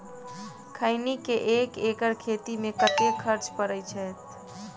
खैनी केँ एक एकड़ खेती मे कतेक खर्च परै छैय?